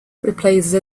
replace